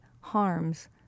harms